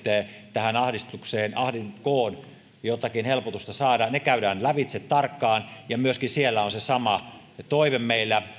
tähän ahdinkoon sieltä jotakin helpotusta saada ne käydään lävitse tarkkaan ja myöskin siellä on se sama toive meillä